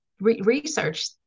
research